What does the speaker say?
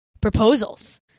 proposals